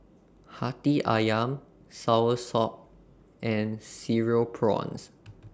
Hati Ayam Soursop and Cereal Prawns